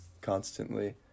constantly